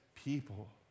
people